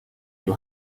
you